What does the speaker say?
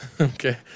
Okay